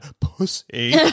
pussy